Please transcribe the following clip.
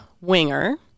Winger